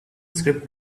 script